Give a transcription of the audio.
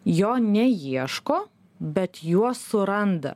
jo neieško bet juos suranda